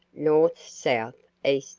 north, south, east,